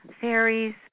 fairies